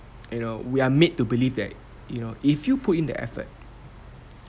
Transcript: you know we are made to believe that you know if you put in the effort